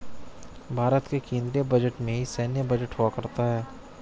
भारत के केन्द्रीय बजट में ही सैन्य बजट हुआ करता है